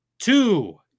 Two